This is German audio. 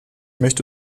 möchte